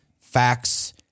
Facts